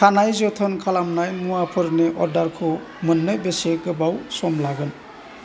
खानाय जोथोन खालामनाय मुवाफोरनि अर्डारखौ मोननो बेसे गोबाव सम लागोन